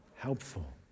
Helpful